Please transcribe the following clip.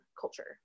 culture